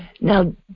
Now